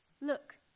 Look